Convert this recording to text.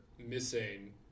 missing